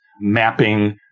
mapping